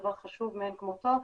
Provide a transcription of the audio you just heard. דבר חשוב מאין כמותו.